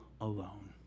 alone